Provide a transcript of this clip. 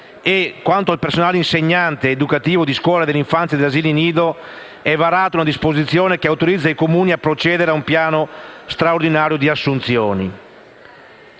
e, quanto al personale insegnante ed educativo di scuole dell'infanzia ed asili nido, è stata varata una disposizione che autorizza i Comuni a procedere a un piano straordinario di assunzioni,